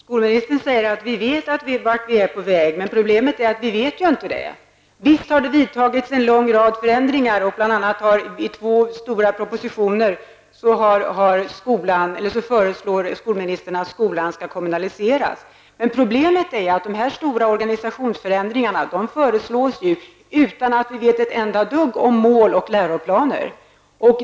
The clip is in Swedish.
Herr talman! Skolministern sade att regeringen vet vart den är på väg. Problemet är ju att vi inte vet det. Visst har det genomförts en lång rad förändringar. I bl.a. två stora propositioner har skolministern föreslagit att skolan skall kommunaliseras. Men dessa stora organisationsförändringar föreslås ju utan att vi vet ett enda dugg om mål och läroplaner.